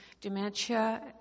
Dementia